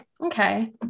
okay